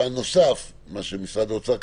פן נוסף, עליו דיבר הרגע משרד האוצר,